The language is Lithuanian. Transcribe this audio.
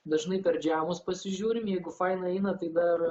dažnai per džiamus pasižiūrim jeigu fainai eina tai dar